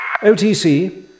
OTC